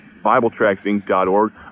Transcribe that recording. BibleTracksInc.org